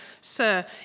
Sir